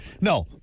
no